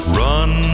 run